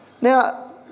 Now